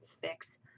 fix